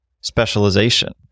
specialization